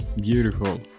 beautiful